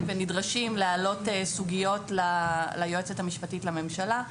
ונדרשים להעלות סוגיות ליועצת המשפטית לממשלה.